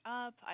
up